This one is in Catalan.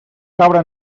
cabra